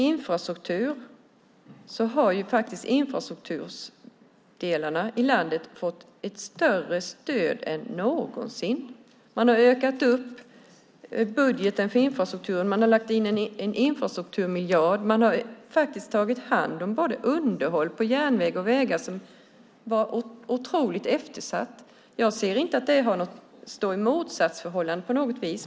Infrastrukturen i landet har faktiskt fått större stöd än någonsin. Man har lagt in en infrastrukturmiljard och tagit hand om underhåll av järnvägar och vägar som var otroligt eftersatt. Jag ser inte att det råder något motsatsförhållande.